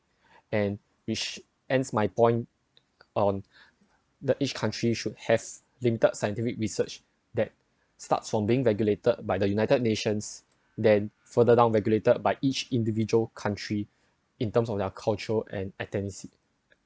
and which ends my point on the each country should have linked scientific research that starts from being regulated by the united nations than further down regulated by each individual country in terms of their cultural and ethnicity